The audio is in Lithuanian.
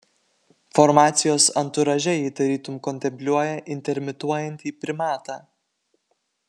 formacijos anturaže ji tarytum kontempliuoja intermituojantį primatą